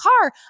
car